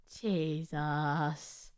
Jesus